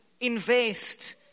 invest